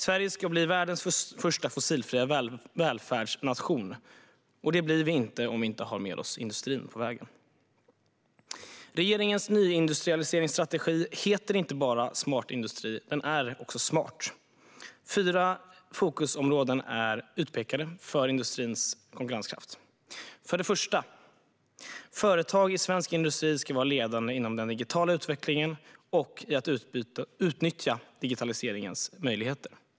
Sverige ska bli världens första fossilfria välfärdsnation, och det blir vi inte om vi inte har med oss industrin på vägen. Regeringens nyindustrialiseringsstrategi heter inte bara Smart industri, utan den är också smart. Fyra fokusområden är utpekade för industrins konkurrenskraft. För det första: Företag i svensk industri ska vara ledande inom den digitala utvecklingen och i att utnyttja digitaliseringens möjligheter.